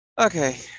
Okay